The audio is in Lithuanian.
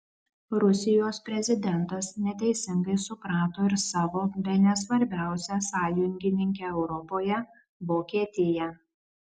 rusijos prezidentas neteisingai suprato ir savo bene svarbiausią sąjungininkę europoje vokietiją